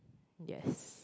yes